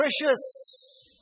precious